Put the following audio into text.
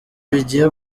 bigiye